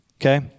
okay